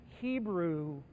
Hebrew